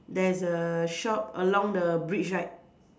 there's a shop along the bridge right